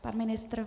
Pan ministr?